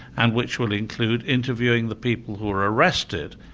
and which will include interviewing the people who were arrested,